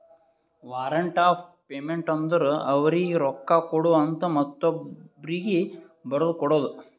warrant of payment ಅಂದುರ್ ಅವರೀಗಿ ರೊಕ್ಕಾ ಕೊಡು ಅಂತ ಮತ್ತೊಬ್ರೀಗಿ ಬರದು ಕೊಡೋದು